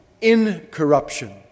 incorruption